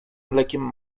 mlekiem